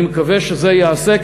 אני מקווה שזה ייעשה,